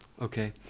Okay